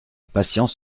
patience